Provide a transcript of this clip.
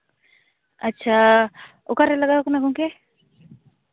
ᱟᱪᱪᱷᱟ ᱚᱠᱟᱨᱮ ᱞᱟᱜᱟᱣ ᱠᱟᱱᱟ ᱜᱚᱢᱠᱮ